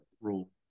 rule